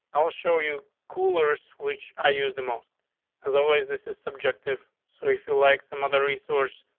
i'll show you coolers, which i use the most as always, this is subjective. so if you like some other resource,